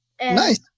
Nice